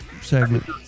segment